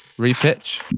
re-pitch,